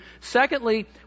Secondly